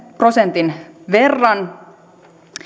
prosentin verran